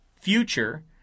future